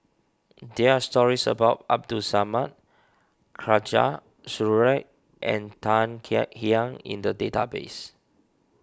there are stories about Abdul Samad Khatijah Surattee and Tan Kek Hiang in the database